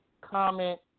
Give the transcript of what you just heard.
comment